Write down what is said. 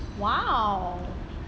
!wow!